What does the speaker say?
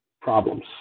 problems